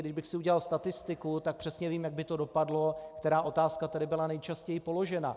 Kdybych si udělal statistiku, tak přesně vím, jak by to dopadlo, která otázka tedy byla nejčastěji položena.